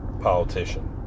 politician